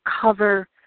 cover